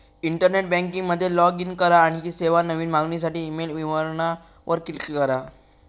internet banking मध्ये log in करा, आणखी सेवा, नवीन मागणीसाठी ईमेल विवरणा वर क्लिक करा